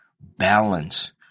balance